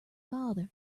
father